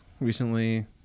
recently